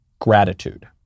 gratitude